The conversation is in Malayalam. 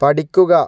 പഠിക്കുക